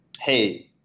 hey